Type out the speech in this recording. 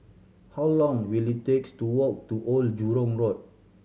how long will it takes to walk to Old Jurong Road